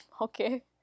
Okay